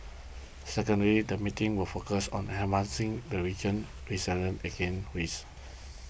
secondly the meetings will focus on enhancing the region's resilience again risks